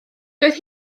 doedd